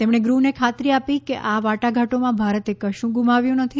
તેમણે ગૃહને ખાતરી આપી કે આ વાટાઘાટોમાં ભારતે કશું ગુમાવ્યું નથી